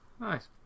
nice